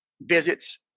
visits